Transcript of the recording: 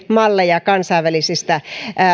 malleja kansainvälisistä